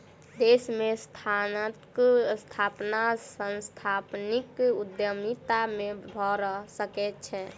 देश में संस्थानक स्थापना सांस्थानिक उद्यमिता से भअ सकै छै